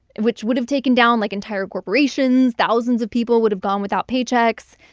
which would have taken down, like, entire corporations. thousands of people would have gone without paychecks.